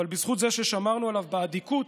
אבל בזכות זה ששמרנו עליו באדיקות